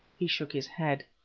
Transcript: he shook his head.